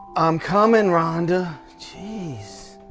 i'm coming, rhonda. jeez.